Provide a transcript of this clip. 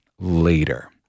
later